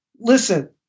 listen